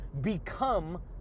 become